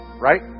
Right